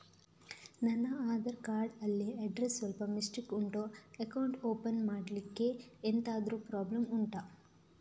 ನನ್ನ ಆಧಾರ್ ಕಾರ್ಡ್ ಅಲ್ಲಿ ಅಡ್ರೆಸ್ ಸ್ವಲ್ಪ ಮಿಸ್ಟೇಕ್ ಉಂಟು ಅಕೌಂಟ್ ಓಪನ್ ಮಾಡ್ಲಿಕ್ಕೆ ಎಂತಾದ್ರು ಪ್ರಾಬ್ಲಮ್ ಉಂಟಾ